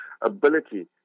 ability